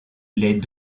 les